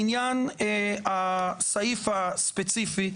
לעניין הסעיף הספציפי,